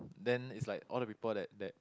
then it's like all the people that that